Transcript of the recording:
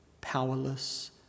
powerless